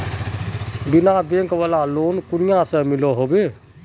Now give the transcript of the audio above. बिना बैंक वाला लोन कुनियाँ से मिलोहो होबे?